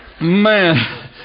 Man